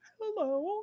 hello